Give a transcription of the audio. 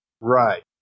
Right